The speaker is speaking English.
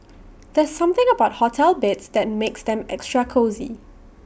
there's something about hotel beds that makes them extra cosy